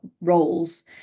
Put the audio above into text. roles